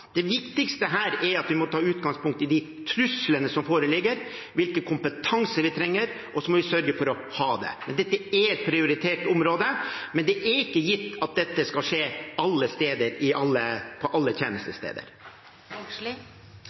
Det viktigste her er at vi må ta utgangspunkt i de truslene som foreligger, og hvilken kompetanse vi trenger, og så må vi sørge for å ha det. Dette er et prioritert område, men det er ikke gitt at dette skal skje på alle